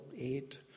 eight